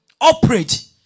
Operate